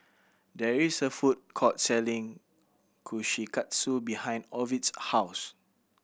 there is a food court selling Kushikatsu behind Ovid's house